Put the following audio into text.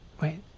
Wait